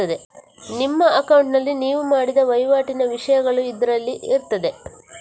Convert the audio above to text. ನಿಮ್ಮ ಅಕೌಂಟಿನಲ್ಲಿ ನೀವು ಮಾಡಿದ ವೈವಾಟಿನ ವಿಷಯಗಳು ಇದ್ರಲ್ಲಿ ಇರ್ತದೆ